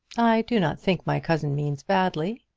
i do not think my cousin means badly.